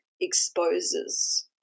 exposes